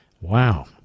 Wow